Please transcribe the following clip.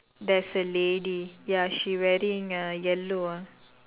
there's a lady ya she wearing a yellow ah